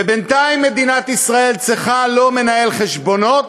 ובינתיים מדינת ישראל צריכה לא מנהל חשבונות,